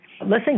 listening